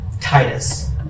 Titus